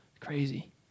Crazy